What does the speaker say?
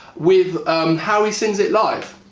with how he sings it live.